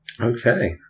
Okay